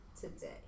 today